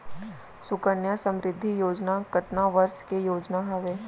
सुकन्या समृद्धि योजना कतना वर्ष के योजना हावे?